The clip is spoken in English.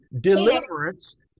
deliverance